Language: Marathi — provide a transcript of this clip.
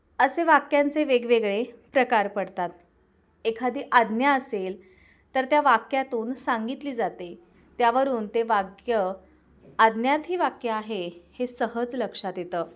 असे वाक्यांचे वेगवेगळे प्रकार पडतात एखादी आज्ञा असेल तर त्या वाक्यातून सांगितली जाते त्यावरून ते वाक्य आज्ञार्थी वाक्य आहे हे सहज लक्षात येतं